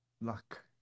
luck